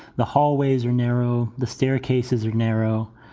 the hallways are narrow. the staircases are narrow.